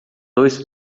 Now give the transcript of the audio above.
dois